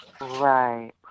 Right